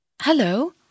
Hello